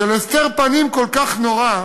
של הסתר פנים כל כך נורא,